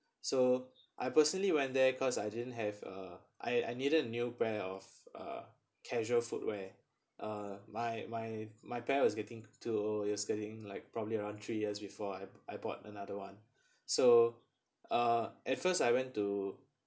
so I personally went there cause I didn't have uh I I needed a new pair of uh casual footwear uh my my my pair was getting to it was getting like probably around three years before I I bought another [one] so uh at first I went to